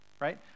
right